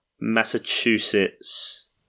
Massachusetts